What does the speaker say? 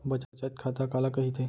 बचत खाता काला कहिथे?